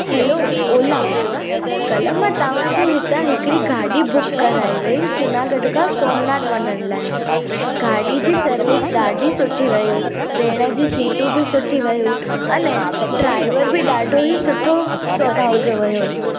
हलो ओला कल्ह मां तव्हां जे हितां हिकिड़ी गाॾी बुक कराई हुई जूनागढ़ खां सोमनाथ वञण लाइ गाॾी जी सर्विस ॾाढी सुठी वयूं विहण जी सीटूं बि सुठी वयूं अने ड्राईवर बि ॾाढो सुठो स्वभाव जो हुयो